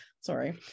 Sorry